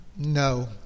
No